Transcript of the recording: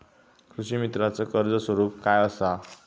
कृषीमित्राच कर्ज स्वरूप काय असा?